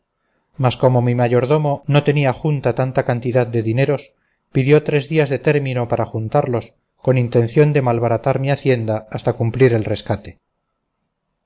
mas como mi mayordomo no tenía junta tanta cantidad de dineros pidió tres días de término para juntarlos con intención de malbaratar mi hacienda hasta cumplir el rescate